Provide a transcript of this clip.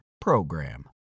PROGRAM